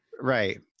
Right